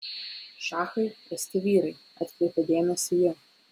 šachai esti vyrai atkreipė dėmesį ji